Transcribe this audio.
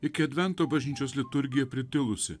iki advento bažnyčios liturgija pritilusi